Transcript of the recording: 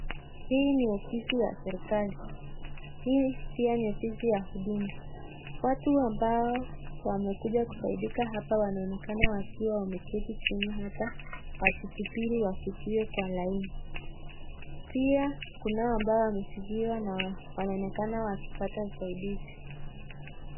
Hii ni ofisi ya serikari. Hii pia ni ofisi ya huduma. Watu ambao wamekuja kusaidika hapa wanaonekana wakiwa wameketi chini wakisubiri wafikiwe kwenye laini. Pia kunao ambao wamefikiwa na wanaonekana wakipata usaidizi.